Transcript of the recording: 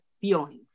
feelings